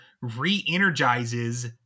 re-energizes